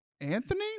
Anthony